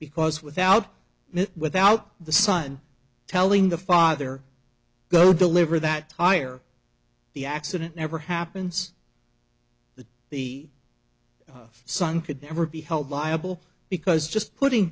because without that without the sun telling the father go deliver that tire the accident never happens to be sung could never be held liable because just putting